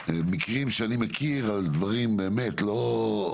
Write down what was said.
מקרים שאני מכיר על דברים באמת לא.